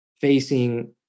facing